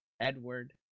Edward